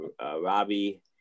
Robbie